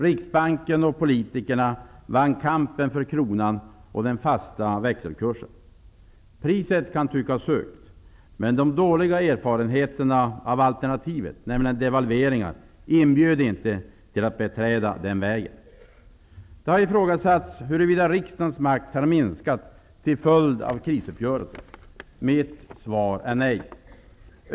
Riksbanken och politikerna vann kampen för kronan och den fasta växelkursen. Priset kan tyckas högt, men de dåliga erfarenheterna av alternativet med devalveringar inbjöd inte till att beträda den vägen. Det har ifrågasatts om riksdagens makt har minskat till följd av krisuppgörelsen. Mitt svar är nej.